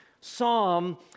psalm